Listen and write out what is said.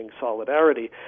solidarity